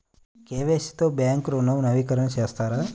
KYC తో bank ఋణం నవీకరణ చేస్తారా?